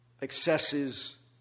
excesses